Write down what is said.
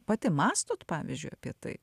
pati mąstot pavyzdžiui apie tai